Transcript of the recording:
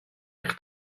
eich